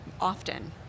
often